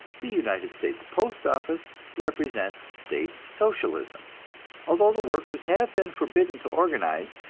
the united states postoffice represents state socialism although the workers have been forbidden to organize,